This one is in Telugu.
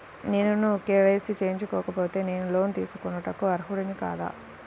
నేను కే.వై.సి చేయించుకోకపోతే నేను లోన్ తీసుకొనుటకు అర్హుడని కాదా?